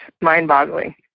mind-boggling